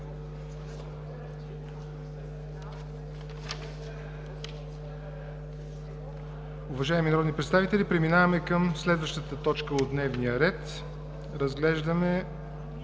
Уважаеми народни представители, преминаваме към следващата точка от дневния ред: ПЪРВО